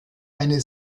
eine